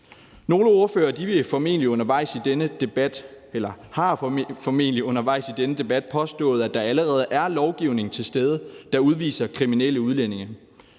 Nogle ordførere vil formentlig undervejs i denne debat have påstået, at der allerede er lovgivning til stede, der udviser kriminelle udlændinge.